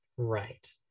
right